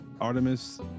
Artemis